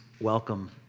welcome